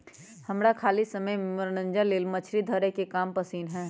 हमरा खाली समय में मनोरंजन लेल मछरी धरे के काम पसिन्न हय